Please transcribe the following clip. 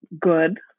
good